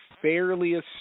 fairly